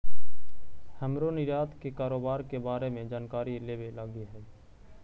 हमरो निर्यात के कारोबार के बारे में जानकारी लेबे लागी हई